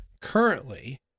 Currently